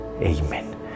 Amen